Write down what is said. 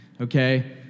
okay